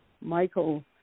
Michael